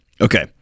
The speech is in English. Okay